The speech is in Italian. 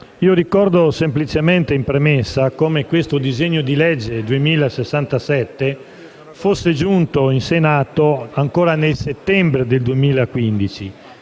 Ricordo semplicemente in premessa come il disegno di legge n. 2067 fosse giunto in Senato ancora nel settembre del 2015,